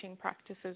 practices